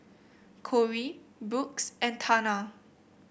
Kory Brooks and Tana